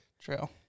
True